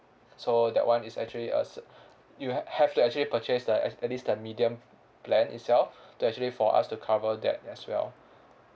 so that one is actually uh you have have you actually purchase the at least the medium plan itself to actually for us to cover that as well